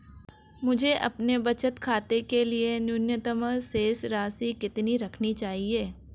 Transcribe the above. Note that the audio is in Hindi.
मुझे अपने बचत खाते के लिए न्यूनतम शेष राशि कितनी रखनी होगी?